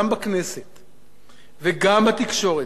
וגם בתקשורת, יהיו הרבה יותר ערכיים